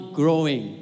growing